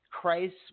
Christ